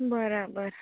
બરાબર